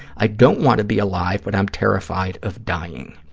i don't want to be alive, but i'm terrified of dying.